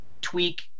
Tweak